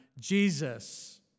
Jesus